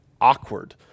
awkward